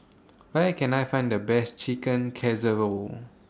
Where Can I Find The Best Chicken Casserole